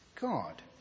God